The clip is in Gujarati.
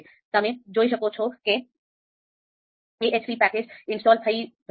તમે જોઈ શકો છો કે AHP પેકેજ ઇન્સ્ટોલ થઈ રહ્યું છે